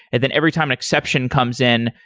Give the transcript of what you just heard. and then every time an exception comes in,